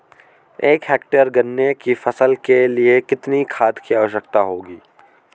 एक हेक्टेयर गन्ने की फसल के लिए कितनी खाद की आवश्यकता होगी?